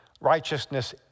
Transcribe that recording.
Righteousness